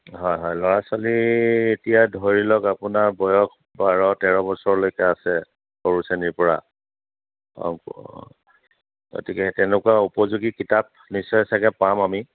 হয় হয় ল'ৰা ছোৱালী এতিয়া ধৰি লওক আপোনাৰ বয়স বাৰ তেৰ বছৰলৈকে আছে সৰু শ্ৰেণীৰ পৰা অঁ গতিকে তেনেকুৱা উপযোগী কিতাপ নিশ্চয় চাগে পাম আমি